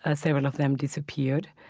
ah several of them disappeared.